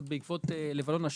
עוד בעקבות מלחמת לבנון השניה,